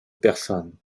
persane